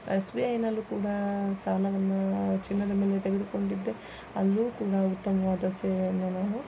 S B ಐನಲ್ಲೂ ಕೂಡ ಸಾಲವನ್ನು ಚಿನ್ನದ ಮೇಲೆ ತೆಗೆದುಕೊಂಡಿದ್ದೆ ಅಲ್ಲೂ ಕೂಡ ಉತ್ತಮವಾದ ಸೇವೆಯನ್ನು ನಾನು